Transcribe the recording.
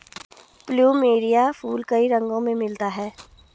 plumeria फूल कई रंगो में मिलता है